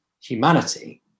humanity